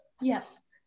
Yes